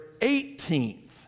18th